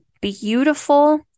beautiful